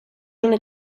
una